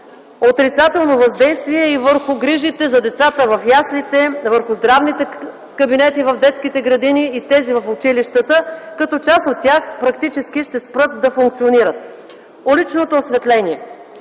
отрицателно въздействие и върху грижите за децата в яслите, върху здравните кабинети в детските градини и в училищата и част от тях фактически ще спрат да функционират. Уличното осветление.